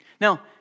Now